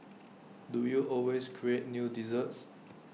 do you always create new desserts